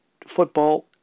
football